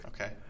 Okay